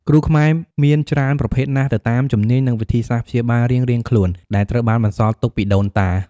គ្រូខ្មែរមានច្រើនប្រភេទណាស់ទៅតាមជំនាញ និងវិធីសាស្ត្រព្យាបាលរៀងៗខ្លួន ដែលត្រូវបានបន្សល់ទុកពីដូនតា។